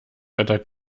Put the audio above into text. wetter